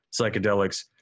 psychedelics